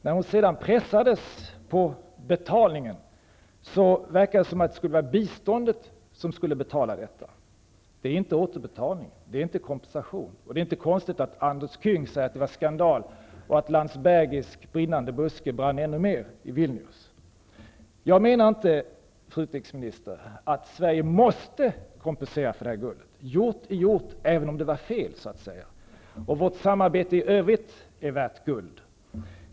När hon sedan pressades på hur betalningen skulle gå till, verkar det som att pengarna skulle tas ur biståndet. Det är varken återbetalning eller kompensation. Det var inte konstigt att Andres Küng sade att det var skandal, och att Landsbergis brinnande buske i Vilnius brann ännu mer. Jag menar inte, fru utrikesminister, att Sverige måste kompensera för guldet. Gjort är gjort, även om det var fel, så att säga. Dessutom är vårt samarbete i övrigt med de baltiska staterna värt guld.